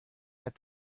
had